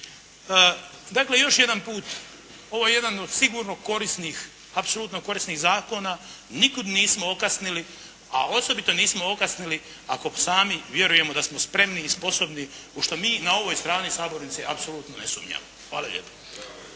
Dakle, još jedan put ovo je jedan od sigurno korisnih, apsolutno sigurnih zakona. Nikud nismo okasnili, a osobito nismo okasnili ako sami vjerujemo da smo spremni i sposobni u što mi na ovoj strani sabornice apsolutno ne sumnjamo. Hvala lijepo.